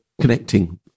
connecting